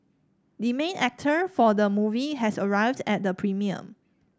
the main actor for the movie has arrived at the premiere